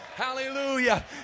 Hallelujah